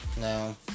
No